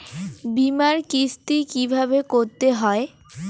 বিমার কিস্তি কিভাবে করতে হয়?